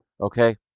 Okay